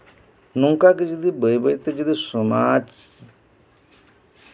ᱱᱚᱝᱠᱟ ᱜᱮ ᱡᱩᱫᱤ ᱵᱟᱹᱭ ᱵᱟᱹᱭᱛᱮ ᱥᱚᱢᱟᱡ